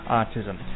autism